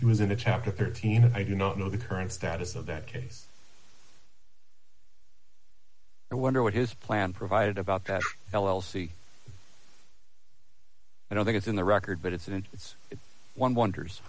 left was in a chapter thirteen i do not know the current status of that case and wonder what his plan provided about passion l l c i don't think it's in the record but it's an it's one wonders